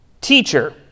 Teacher